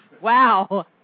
Wow